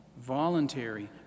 voluntary